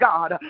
God